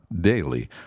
daily